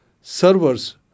servers